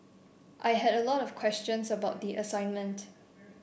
I had a lot of questions about the assignment